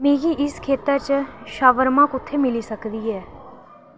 मिगी इस खेतर च शावरमा कुत्थै मिली सकदी ऐ